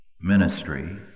ministry